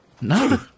No